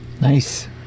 Nice